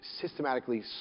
systematically